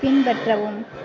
பின்பற்றவும்